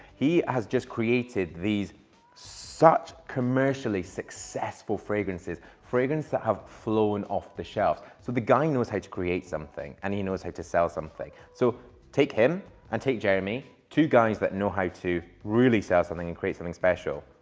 he has just created these such commercially successful fragrances. fragrance that have flown off the shelf. so the guy and knows how to create something and he knows how like to sell something. so take him and take jeremy, two guys that know how to really sell something and create something special,